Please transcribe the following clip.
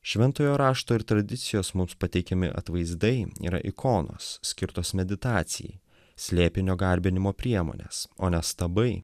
šventojo rašto ir tradicijos mums pateikiami atvaizdai yra ikonos skirtos meditacijai slėpinio garbinimo priemonės o ne stabai